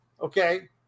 okay